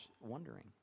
wondering